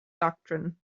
doctrine